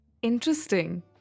Interesting